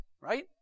right